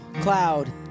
cloud